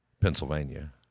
Pennsylvania